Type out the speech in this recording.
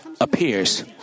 appears